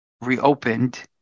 reopened